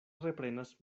reprenas